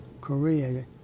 Korea